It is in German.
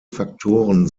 faktoren